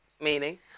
meaning